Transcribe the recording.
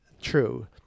True